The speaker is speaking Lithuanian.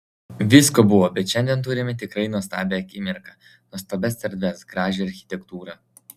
visko buvo bet šiandien turime tikrai nuostabią akimirką nuostabias erdves gražią architektūrą